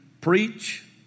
preach